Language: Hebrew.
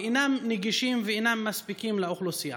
אין נגישות והן אינן מספיקות לאוכלוסייה.